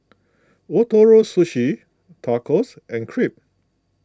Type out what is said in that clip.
Ootoro Sushi Tacos and Crepe